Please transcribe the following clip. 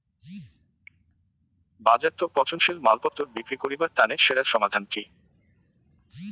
বাজারত পচনশীল মালপত্তর বিক্রি করিবার তানে সেরা সমাধান কি?